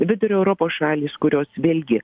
vidurio europos šalys kurios vėlgi